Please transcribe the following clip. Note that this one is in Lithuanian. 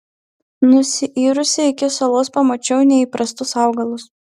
nusiyrusi iki salos pamačiau neįprastus augalus